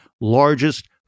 largest